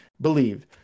believe